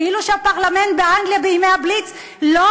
כאילו הפרלמנט באנגליה בימי ה"בליץ" לא